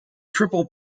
triple